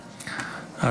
בבקשה.